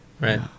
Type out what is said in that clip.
Right